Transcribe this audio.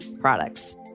products